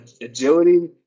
agility